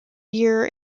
year